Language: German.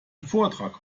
vortrag